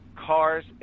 Cars